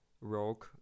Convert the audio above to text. Rogue